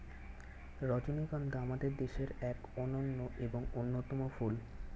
রজনীগন্ধা আমাদের দেশের এক অনন্য এবং অন্যতম ফুল